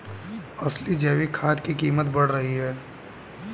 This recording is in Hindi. असली जैविक खाद की कीमत बढ़ रही है